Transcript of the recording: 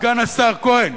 סגן השר כהן,